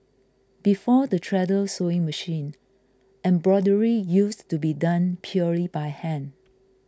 before the treadle sewing machine embroidery used to be done purely by hand